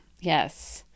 yes